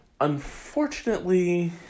Unfortunately